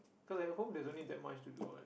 cause at home there's only that much to do what